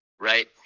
right